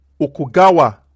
Okugawa